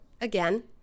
again